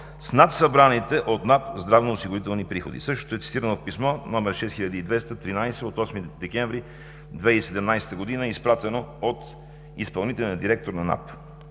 с над събраните от НАП здравноосигурителни приходи. Същото е цитирано в писмо № 6200-13 от 8 декември 2017 г. и изпратено от изпълнителния директор на НАП.